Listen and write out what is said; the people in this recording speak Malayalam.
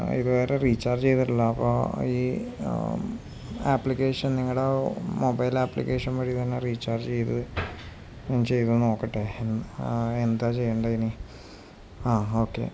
ഇതുവരെ റീചാർജ് ചെയ്തിട്ടില്ല അപ്പോള് ഈ ആപ്ലിക്കേഷൻ നിങ്ങളുടെ മൊബൈൽ ആപ്ലിക്കേഷൻ വഴി തന്നെ റീചാർജ് ചെയ്ത് ഞാൻ ചെയ്തു നോക്കട്ടെ എന്താണു ചെയ്യേണ്ടത് ഇനി ആ ഓക്കെ